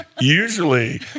usually